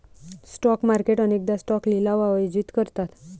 stock market अनेकदा stock लिलाव आयोजित करतात